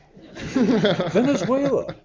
Venezuela